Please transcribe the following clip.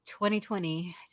2020